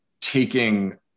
taking